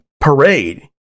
parade